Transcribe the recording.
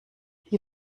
wie